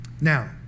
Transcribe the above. Now